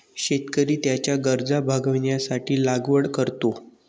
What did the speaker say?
शेतकरी त्याच्या गरजा भागविण्यासाठी लागवड करतो